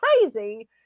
crazy